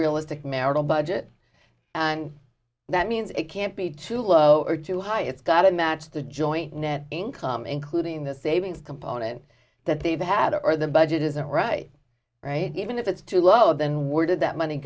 realistic marital budget and that means it can't be too low or too high it's got to match the joint net income including the savings component that they've had or the budget isn't right right even if it's too low than where did that money